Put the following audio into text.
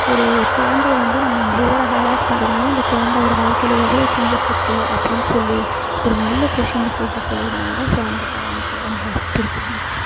ஒரு ஒரு குழந்தைய வந்து நம்ம ஓவராக ஹராஸ் பண்ணுறதுனால அந்த குழந்தவோட வாழ்க்கையில் எவ்வளோ சேஞ்சஸ் இருக்குது அப்படின்னு சொல்லி ஒரு நல்ல சோஷியல் மெசேஜஸ் சொல்லியிருந்தாங்க ஸோ அந்த படம் எனக்கு ரொம்ப பிடிச்சிருந்துச்சு